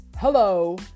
Hello